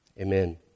Amen